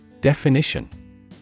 Definition